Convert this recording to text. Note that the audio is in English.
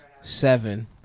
Seven